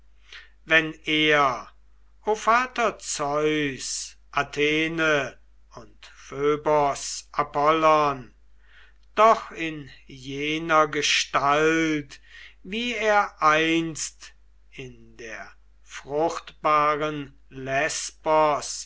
wenn er o vater zeus athene und phöbos apollon doch in jener gestalt wie er einst in der fruchtbaren lesbos